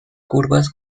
curvas